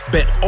Bet